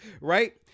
Right